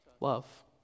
love